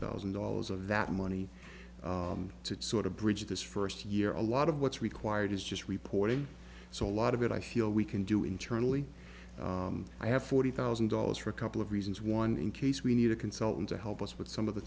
thousand dollars of that money to sort of bridge this first year a lot of what's required is just reporting so a lot of it i feel we can do internally i have forty thousand dollars for a couple of reasons one in case we need a consultant to help us with some of the